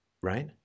right